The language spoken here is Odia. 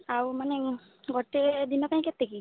ଆଉ ମାନେ ଗୋଟେ ଦିନ ପାଇଁ କେତେ କି